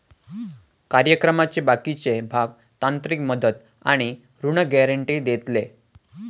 कार्यक्रमाचे बाकीचे भाग तांत्रिक मदत आणि ऋण गॅरेंटी देतले